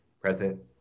Present